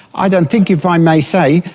i don't think, if i may say,